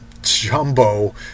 jumbo